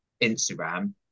Instagram